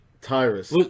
Tyrus